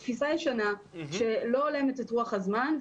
זאת תפיסה ישנה שלא הולמת את רוח הזמן.